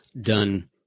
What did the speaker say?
done